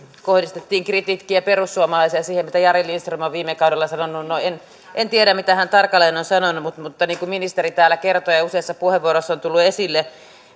kohdistettiin kritiikkiä perussuomalaisiin ja siihen mitä jari lindström on viime kaudella sanonut no en en tiedä mitä hän tarkalleen on sanonut mutta niin kuin ministeri täällä kertoi ja useassa puheenvuorossa on tullut esille